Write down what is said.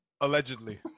Allegedly